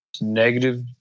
negative